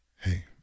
Hey